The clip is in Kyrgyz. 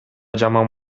жаман